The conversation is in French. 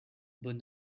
bon